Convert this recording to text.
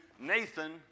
Nathan